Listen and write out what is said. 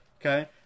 Okay